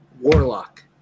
Warlock